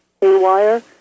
haywire